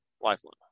lifeline